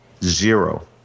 Zero